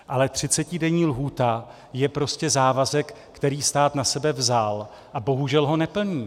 Ale třicetidenní lhůta je prostě závazek, který stát na sebe vzal, a bohužel ho neplní.